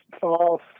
false